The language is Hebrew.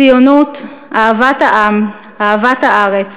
ציונות, אהבת העם, אהבת הארץ,